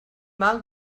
mal